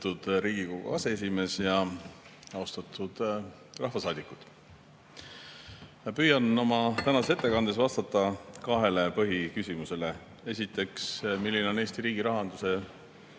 Riigikogu aseesimees! Austatud rahvasaadikud! Ma püüan oma tänases ettekandes vastata kahele põhiküsimusele. Esiteks, milline on Eesti riigi rahanduse